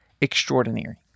extraordinary